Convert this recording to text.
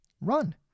Run